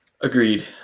Agreed